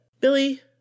billy